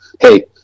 hey